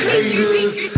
Haters